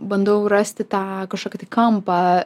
bandau rasti tą kažkokį tai kampą